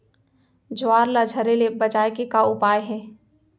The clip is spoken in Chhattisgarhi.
ज्वार ला झरे ले बचाए के का उपाय हे?